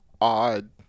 odd